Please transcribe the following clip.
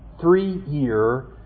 three-year